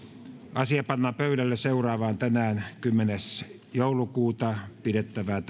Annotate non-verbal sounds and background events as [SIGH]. asia pannaan pöydälle tänään pidettävään [UNINTELLIGIBLE]